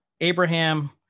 Abraham